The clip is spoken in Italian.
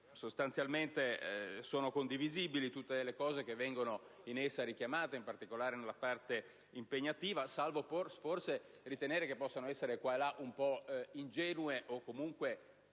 sostanzialmente condivisibili tutte le istanze in essa richiamate, in particolare nella parte impegnativa, salvo forse ritenere che possano essere qua e là un po' ingenue, o che